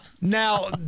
Now